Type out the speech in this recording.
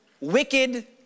wicked